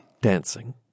dancing